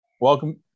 welcome